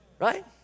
Right